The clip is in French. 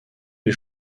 les